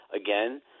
again